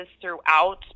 throughout